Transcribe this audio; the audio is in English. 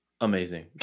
Amazing